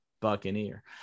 buccaneer